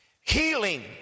Healing